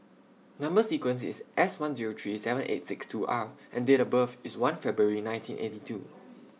Number sequence IS S one Zero three seven eight six two R and Date of birth IS one February nineteen eighty two